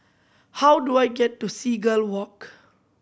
how do I get to Seagull Walk